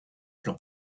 plan